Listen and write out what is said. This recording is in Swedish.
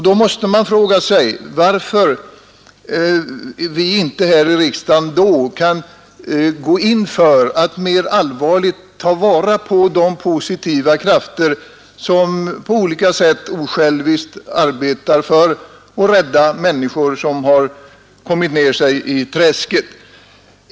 Då måste man fråga sig varför vi inte här i riksdagen med större allvar går in för att ta vara på de positiva krafter som på olika sätt osjälviskt arbetar för att rädda människor som har gått ner sig i träsket.